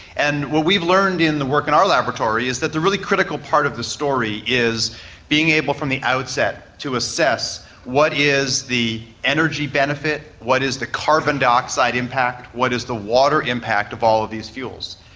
and what we've learned in the work in our laboratory is that the really critical part of the story is being able from the outset to assess what is the energy benefit, what is the carbon dioxide impact, what is the water impact of all of these fuels.